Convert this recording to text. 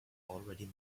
already